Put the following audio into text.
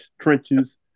trenches